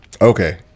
Okay